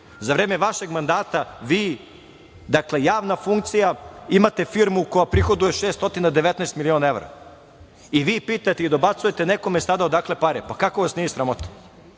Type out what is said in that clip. vreme vašeg mandata vi, javna funkcija, imate firmu koja prihoduje 619 miliona evra i vi pitate i dobacujete nekome - odakle pare. Kako vas nije sramota?